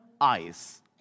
eyes